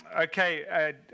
Okay